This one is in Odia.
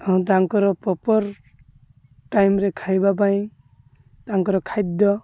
ତାଙ୍କର ପ୍ରପର୍ ଟାଇମ୍ରେ ଖାଇବା ପାଇଁ ତାଙ୍କର ଖାଦ୍ୟ